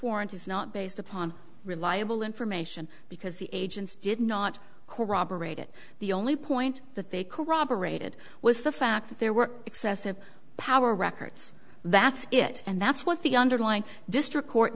warrant is not based upon reliable information because the agents did not corroborate it the only point the fake corroborated was the fact that there were excessive power records that's it and that's what the underlying district court